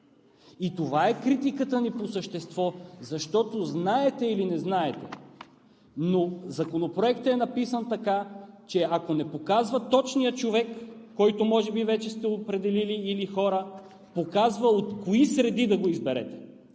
Това е критиката ни по същество, защото знаете или не знаете, но Законопроектът е написан така, че ако не показва точния човек или хора, които може би вече сте определили, показва от кои среди да го изберете.